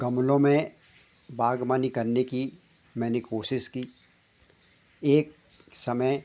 गमलों में बाग़बानी करने की मैंने कोशिश की एक समय